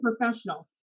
professional